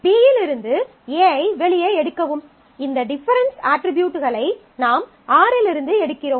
B யிலிருந்து A ஐ வெளியே எடுக்கவும் இந்த டிஃபரென்ஸ் அட்ரிபியூட்களை நாம் R இலிருந்து எடுக்கிறோம்